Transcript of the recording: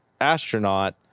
astronaut